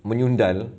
menyundal